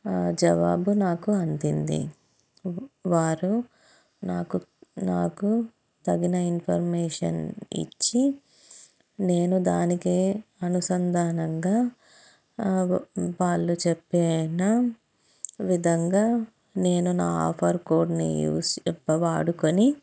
జవాబు నాకు అందింది వారు నాకు నాకు తగిన ఇన్ఫర్మేషన్ ఇచ్చి నేను దానికి అనుసంధానంగా వాళ్ళు చెప్పనా విధంగా నేను నా ఆఫర్ కోడ్ని యూస్ చెప్ప వాడుకొని